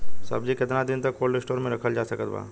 सब्जी केतना दिन तक कोल्ड स्टोर मे रखल जा सकत बा?